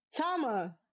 Tama